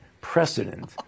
precedent